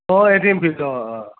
অঁ a team feel অঁ অঁ